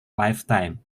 lifetime